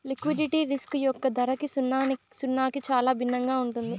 liquidity risk యొక్క ధరకి సున్నాకి చాలా భిన్నంగా ఉంటుంది